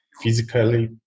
physically